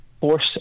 force